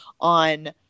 on